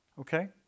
Okay